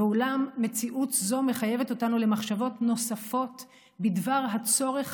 אולם מציאות זו מחייבת אותנו למחשבות נוספות בדבר הצורך